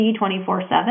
24-7